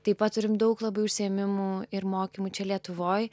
taip pat turim daug labai užsiėmimų ir mokymų čia lietuvoj